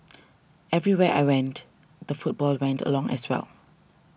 everywhere I went the football went along as well